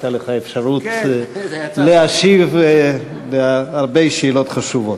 הייתה לך הזדמנות להשיב על הרבה שאלות חשובות.